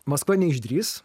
maskva neišdrįs